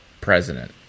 president